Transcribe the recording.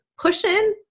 push-in